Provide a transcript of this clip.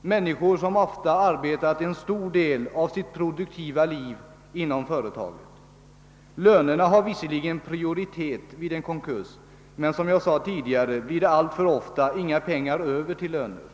människor som ofta arbetat en stor del av sitt produktiva liv inom företaget. Lönerna har visserligen prioritet vid en konkurs, men som jag sade tidigare blir det alltför ofta inga pengar över till lönerna.